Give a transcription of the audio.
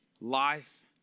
Life